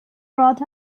brought